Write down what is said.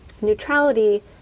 Neutrality